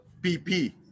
PP